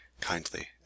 kindly